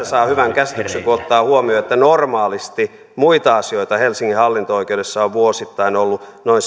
saa hyvän käsityksen kun ottaa huomioon että normaalisti muita asioita helsingin hallinto oikeudessa on vuosittain ollut noin